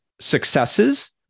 successes